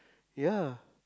ya